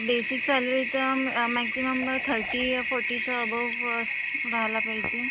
basic salary तर maximum thirty फोर्टीच्या above व्हायला पाहिजे